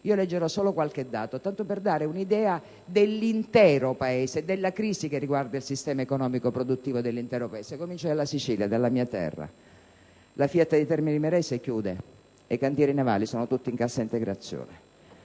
Leggerò solo qualche dato, tanto per dare un'idea dell'intero Paese, della crisi che riguarda il sistema economico-produttivo dell'intero Paese. Comincio dalla Sicilia, dalla mia terra. La FIAT di Termini Imerese chiude. Nei cantieri navali sono tutti in cassa integrazione.